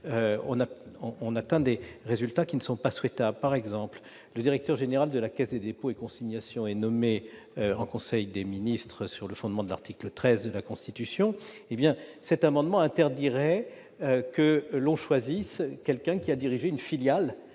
on atteint des résultats non souhaitables. Par exemple, le directeur général de la Caisse des dépôts et consignations est nommé en conseil des ministres, conformément à l'article 13 de la Constitution ; or cette disposition interdirait que l'on choisisse quelqu'un qui a dirigé une filiale